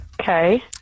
Okay